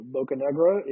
Bocanegra